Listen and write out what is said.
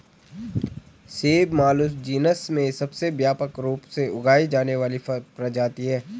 सेब मालुस जीनस में सबसे व्यापक रूप से उगाई जाने वाली प्रजाति है